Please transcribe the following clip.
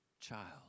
child